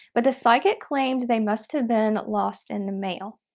but the psychic claimed they must have been lost in the mail.